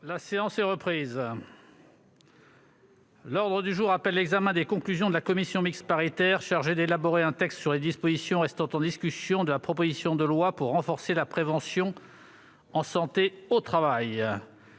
La séance est reprise. L'ordre du jour appelle l'examen des conclusions de la commission mixte paritaire chargée d'élaborer un texte sur les dispositions restant en discussion de la proposition de loi pour renforcer la prévention en santé au travail